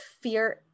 fear